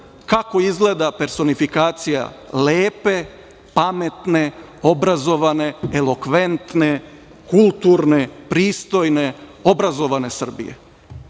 kako izgleda personifikacija lepe, pametne, obrazovane, elokventne, kulturne, pristojne, obrazovane Srbije. Dakle,